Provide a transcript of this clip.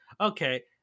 okay